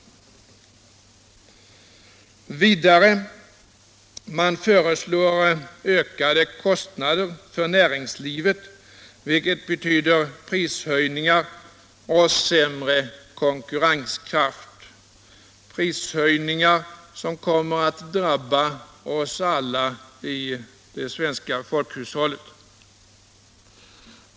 Vidare föreslår man ökade kostnader för näringslivet, vilket betyder prishöjningar och sämre konkurrenskraft. Dessa prishöjningar kommer att drabba oss alla i det svenska folkhushållet.